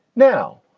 now,